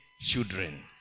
children